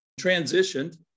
transitioned